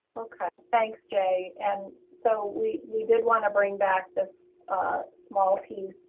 okay, thanks, jay. and so we we did want to bring back this small piece